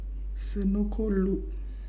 Senoko Loop